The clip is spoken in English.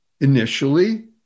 initially